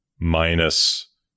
minus